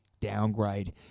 downgrade